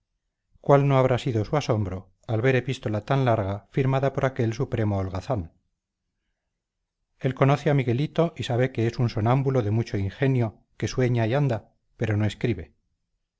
cuál no habrá sido su asombro al ver epístola tan larga firmada por aquel supremo holgazán él conoce a miguelito y sabe que es un sonámbulo de mucho ingenio que sueña y anda pero no escribe